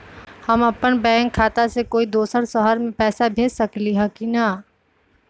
हम अपन बैंक खाता से कोई दोसर शहर में पैसा भेज सकली ह की न?